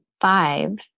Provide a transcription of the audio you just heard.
five